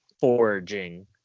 foraging